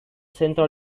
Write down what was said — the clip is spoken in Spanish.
centro